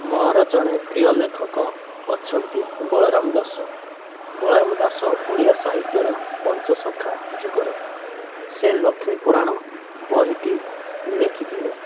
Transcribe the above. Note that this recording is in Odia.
ମୋର ଜଣେ ପ୍ରିୟ ଲେଖକ ଅଛନ୍ତି ବଳରାମ ଦାସ ବଳରାମ ଦାସ ଓଡ଼ିଆ ସାହିତ୍ୟର ପଞ୍ଚସଖା ଯୁଗର ସେ ଲକ୍ଷ୍ମୀ ପୁରାଣ ବହିଟି ଲେଖିଥିଲେ